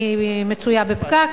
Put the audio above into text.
אני מצויה בפקק.